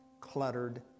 cluttered